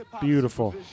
Beautiful